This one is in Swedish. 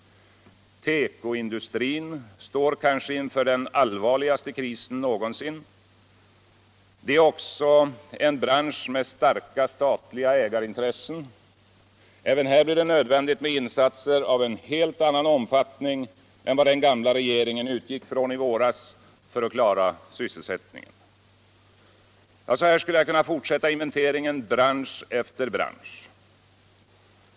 Tekoindustrin står kanske inför den allvarligaste krisen någonsin. Det är också en bransch med starka statliga ägarintressen. Även här blir det nödvändigt med insatser av en helt annan omfatining än vad den gamla regeringen utgick från i våras för att klara sysselsättningen. Så skulle jag kunna fortsätta inventeringen bransch efter bransch.